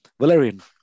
Valerian